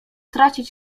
tracić